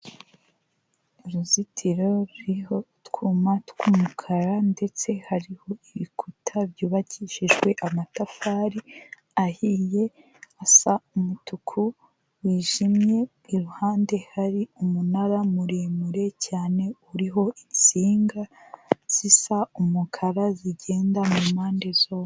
Uruzitiro ruriho utwuma tw'umukara ndetse hariho ibikuta by'ubakishijwe amatafari ahiye asa umutuku wijimye, iruhande hari umunara muremure cyane uriho insinga zisa umukara zigenda mu mpande zose.